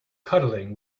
cuddling